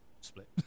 split